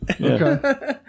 Okay